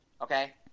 okay